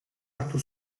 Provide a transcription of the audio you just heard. hartu